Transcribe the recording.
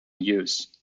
use